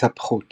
התהפכות